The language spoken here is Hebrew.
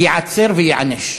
ייעצר וייענש.